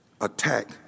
attack